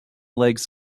legs